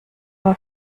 war